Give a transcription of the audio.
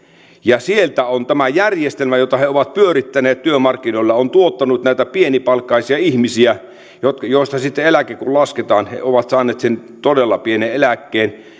ja sieltä on tämä järjestelmä jota he ovat pyörittäneet työmarkkinoilla tuottanut näitä pienipalkkaisia ihmisiä joille sitten eläke lasketaan jotka ovat saaneet sen todella pienen eläkkeen